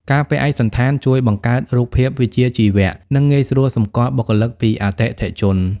ការពាក់ឯកសណ្ឋានជួយបង្កើតរូបភាពវិជ្ជាជីវៈ និងងាយស្រួលសម្គាល់បុគ្គលិកពីអតិថិជន។